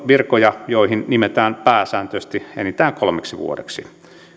virkoja joihin nimitetään pääsääntöisesti enintään kolmeksi vuodeksi